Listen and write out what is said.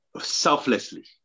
selflessly